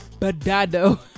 badado